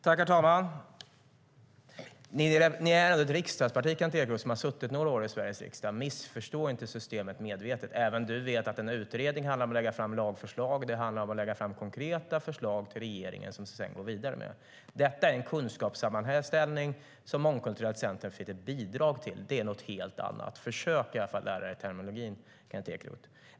Herr talman! Sverigedemokraterna är ändå ett riksdagsparti, Kent Ekeroth, som har suttit några år i Sveriges riksdag. Missförstå inte systemet medvetet! Även du vet att en utredning handlar om att lägga fram lagförslag. Det handlar om att lägga fram konkreta förslag till regeringen som man sedan går vidare med. Detta handlar om en kunskapssammanställning som Mångkulturellt centrum har bidragit till. Det är något helt annat. Försök i alla fall att lära dig terminologin, Kent Ekeroth!